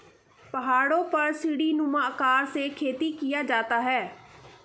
पहाड़ों पर सीढ़ीनुमा आकार में खेती किया जाता है